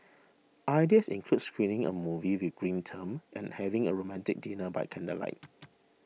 ideas include screening a movie with a green term and having a romantic dinner by candlelight